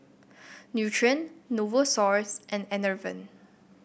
Nutren Novosource and Enervon